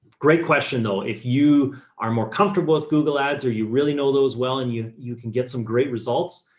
great question though, if you are more comfortable with google ads or you really know those well and you you can get some great results,